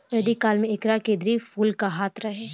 वैदिक काल में एकरा के दिव्य फूल कहात रहे